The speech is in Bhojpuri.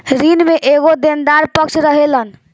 ऋण में एगो देनदार पक्ष रहेलन